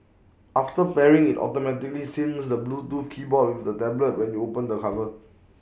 after pairing IT automatically syncs the Bluetooth keyboard with the tablet when you open the cover